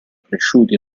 cresciuti